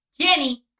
Jenny